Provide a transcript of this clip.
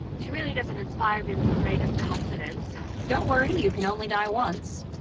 she really doesn't inspire me with the greatest confidence don't worry, you can only die once